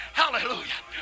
hallelujah